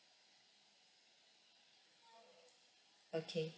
okay